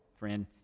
friend